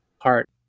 heart